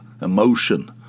emotion